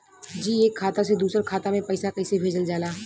जी एक खाता से दूसर खाता में पैसा कइसे भेजल जाला?